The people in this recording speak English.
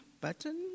button